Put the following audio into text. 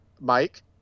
Mike